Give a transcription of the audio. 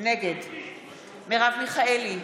נגד מרב מיכאלי,